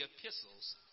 epistles